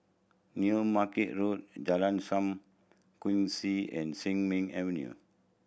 New Market Road Jalan Sam Kongsi and Sin Ming Avenue